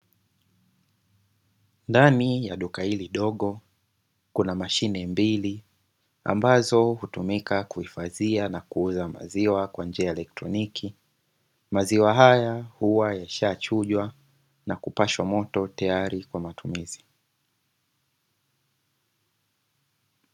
Ndani ya duka hili dogo kuna mashine mbili ambazo hutumika kuhifadhia na kuuza maziwa kwa njia ya kielektroniki, maziwa haya huwa yashachujwa na kupashwa moto tayari kwa matumizi.